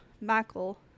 Michael